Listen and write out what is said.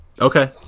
Okay